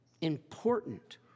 Important